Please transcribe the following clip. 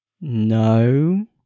No